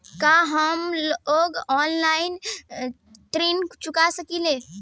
का हम ऑनलाइन ऋण चुका सके ली?